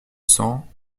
cents